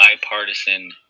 bipartisan